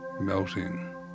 melting